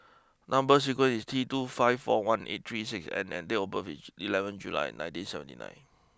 number sequence is T two five four one eight three six N and date of birth is eleven July nineteen seventy nine